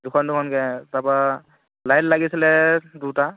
দুখন দুখনকৈ তাৰপৰা লাইট লাগিছিলে দুটা